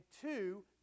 two